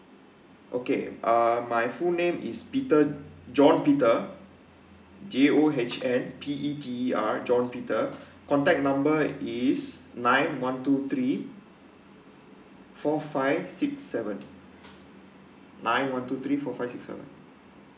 okay uh my full name is peter john peter J_O_H_N_P_E_T_E_R john peter contact number is nine one two three four five six seven nine one two three four five six seven